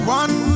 one